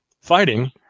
fighting